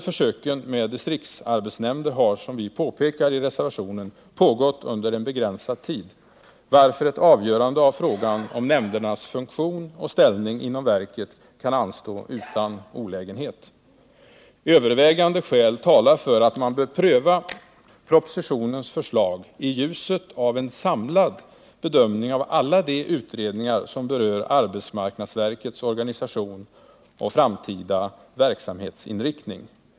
Försöken med distriktsarbetsnämnder har, som vi påpekar i reservationen, pågått under en begränsad tid, varför ett avgörande av frågan om nämndernas funktion och ställning inom verket utan olägenhet kan anstå. Övervägande skäl talar för att man bör pröva propositionens förslag i ljuset av en samlad bedömning av alla de utredningar som berör arbetsmarknadsverkets organisation och framtida verksamhetsinriktning.